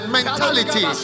mentality